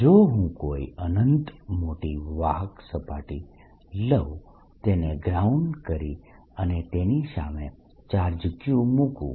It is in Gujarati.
જો હું કોઈ અનંત મોટી વાહક સપાટી લઉં તેને ગ્રાઉન્ડ કરી અને તેની સામે ચાર્જ Q મુકું